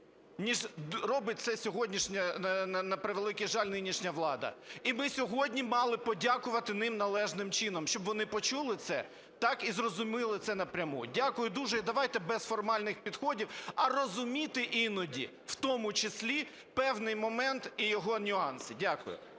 ніж робить це сьогоднішня, на превеликий жаль, нинішня влада. І ми сьогодні мали б подякувати їм належним чином, щоб вони почули це і зрозуміли це напряму. Дякую дуже і давайте без формальних підходів, а розуміти іноді, в тому числі певний момент і його нюанси. Дякую.